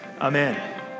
Amen